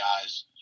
guys